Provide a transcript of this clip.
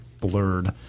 blurred